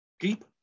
Keep